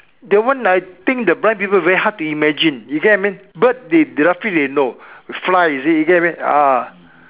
that one I think the blind people very hard to imagine you get what I mean bird they they roughly they know fly you see you get what I mean ah